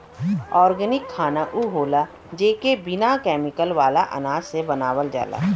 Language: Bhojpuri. ऑर्गेनिक खाना उ होला जेके बिना केमिकल वाला अनाज से बनावल जाला